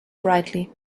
brightly